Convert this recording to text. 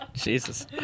Jesus